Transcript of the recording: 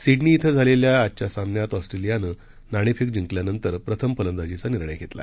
Sydney इथं झालेल्या आजच्या सामन्यात ऑस्ट्रेलियानं नाणेफेक जिंकल्यानंतर प्रथम फलंदाजीचा निर्णय घेतला